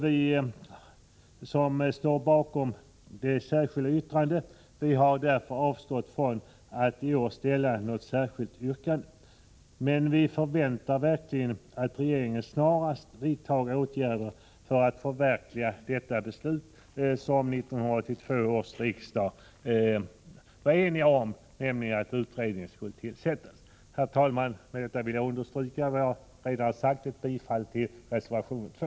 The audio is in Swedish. Vi som står bakom det särskilda yttrandet har därför avstått från att i år ställa något särskilt yrkande. Men vi förväntar verkligen att regeringen snarast vidtar åtgärder för att förverkliga det beslut som 1982 års riksdag enhälligt fattade, nämligen att utredningen skulle tillsättas. Herr talman! Med detta vill jag understryka vad jag redan har sagt, nämligen att jag yrkar bifall till reservation 2.